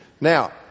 Now